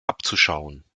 abzuschauen